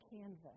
canvas